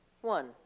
one